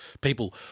people